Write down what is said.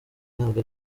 ntabwo